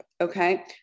okay